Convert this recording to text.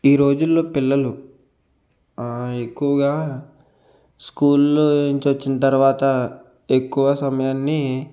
ఈ రోజుల్లో పిల్లలు ఎక్కువగా స్కూల్ నుంచి వచ్చిన తర్వాత ఎక్కువ సమయాన్ని